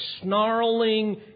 snarling